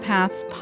Paths